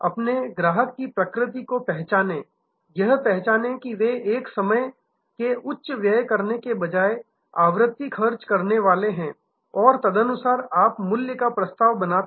अपने ग्राहक की प्रकृति को पहचानें यह पहचानें कि वे एक समय के उच्च व्यय करने के बजाय आवृत्ति खर्च करने वाले हैं और तदनुसार आप मूल्य का प्रस्ताव बनाते हैं